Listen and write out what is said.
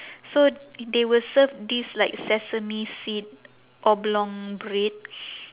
so they will serve this like sesame seed oblong bread